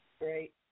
Great